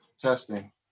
Testing